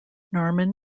norman